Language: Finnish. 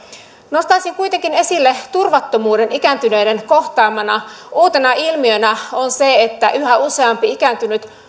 nostaisin kuitenkin esille turvattomuuden ikääntyneiden kohtaamana uutena ilmiönä on se että yhä useampi ikääntynyt